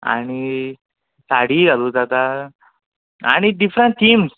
आनी साडीय घालूं जाता आनी डिफ्रंट थीम्स